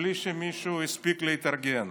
בלי שמישהו הספיק להתארגן.